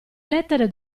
lettere